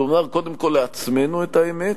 לומר קודם כול לעצמנו את האמת,